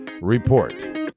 Report